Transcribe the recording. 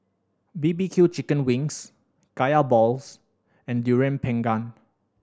B B Q chicken wings Kaya balls and Durian Pengat